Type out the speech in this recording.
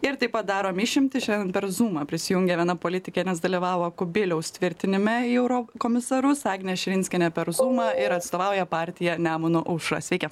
ir taip pat darom išimtį šiandien per zūmą zoom prisijungia viena politikė nes dalyvavo kubiliaus tvirtinime į eurokomisarus agnė širinskienė per zūmą ir atstovauja partiją nemuno aušra sveiki